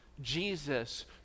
Jesus